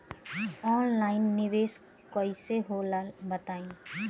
Online निवेस कइसे होला बताईं?